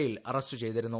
യിൽ അറസ്റ്റ് ചെയ്തിരുന്നു